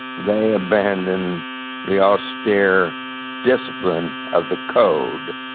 they abandon the austere discipline of the code.